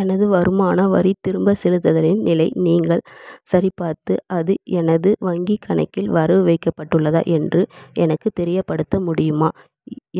எனது வருமான வரி திரும்ப செலுத்துதலின் நிலை நீங்கள் சரிபார்த்து அது எனது வங்கிக் கணக்கில் வரவு வைக்கப்பட்டுள்ளதா என்று எனக்குத் தெரியப்படுத்த முடியுமா